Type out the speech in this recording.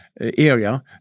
area